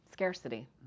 scarcity